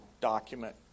document